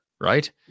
right